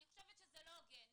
אני חושבת שזה לא הוגן.